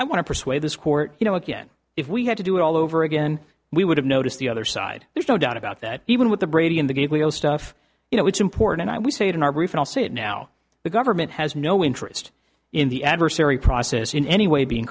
i want to persuade this court you know again if we had to do it all over again we would have noticed the other side there's no doubt about that even with the brady in the gate legal stuff you know it's important that we say it in our brief and i'll say it now the government has no interest in the adversary process in any way being